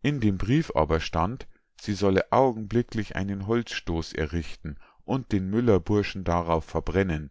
in dem brief aber stand sie solle augenblicklich einen holzstoß errichten und den müllerburschen darauf verbrennen